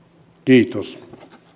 kiitos